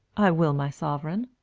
i will, my sovereign.